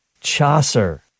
Chaucer